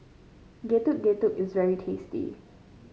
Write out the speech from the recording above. Getuk Getuk is very tasty